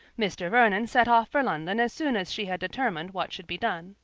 mr. vernon set off for london as soon as she had determined what should be done.